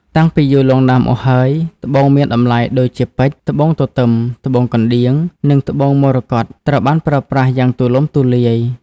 តាំងពីយូរលង់ណាស់មកហើយ ត្បូងមានតម្លៃដូចជាពេជ្រ ត្បូងទទឹម ត្បូងកណ្ដៀង និងត្បូងមរកត ត្រូវបានប្រើប្រាស់យ៉ាងទូលំទូលាយ។